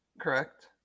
Correct